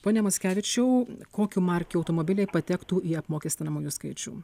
pone mackevičiau kokių markių automobiliai patektų į apmokestinamųjų skaičių